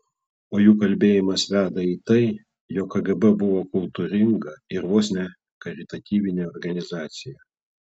o jų kalbėjimas veda į tai jog kgb buvo kultūringa ir vos ne karitatyvinė organizacija